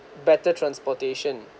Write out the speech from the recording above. better transportation